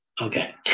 Okay